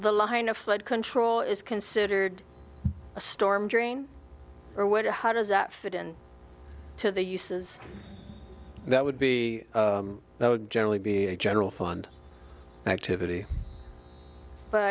the line of flood control is considered a storm drain or what or how does that fit in to the uses that would be that would generally be a general fund activity but